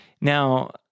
Now